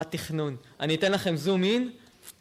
התכנון, אני אתן לכם זום אין